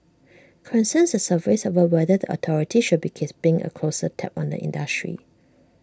concerns surfaced over whether the authorities should be keeping A closer tab on the industry